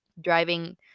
driving